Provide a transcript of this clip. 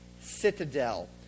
citadel